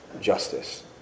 justice